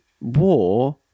war